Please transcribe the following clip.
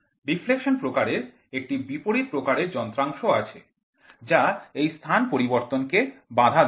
deflection প্রকারের একটি বিপরীত প্রকার যন্ত্রাংশ আছে যা এই স্থান পরিবর্তনকে বাধা দেয়